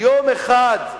יום אחד,